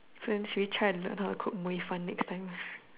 so you should try to learn how to cook mui fan next time